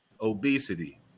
obesity